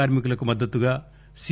కార్శి కులకు మద్గతుగా సి